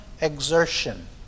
exertion